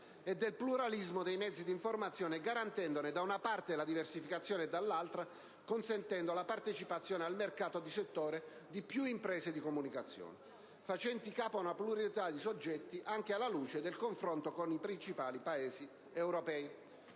e del pluralismo dei mezzi di informazione, garantendone, da una parte, la diversificazione e consentendo, dall'altra, la partecipazione al mercato di settore di più imprese di comunicazione, facenti capo a una pluralità di soggetti, anche alla luce del confronto con i principali Paesi europei.